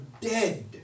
dead